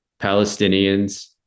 palestinians